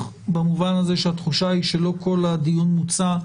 במובן הזה שהתחושה היא שלא כל הדיון מוצה,